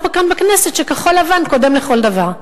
כאן בכנסת שלפיהם כחול-לבן קודם לכל דבר.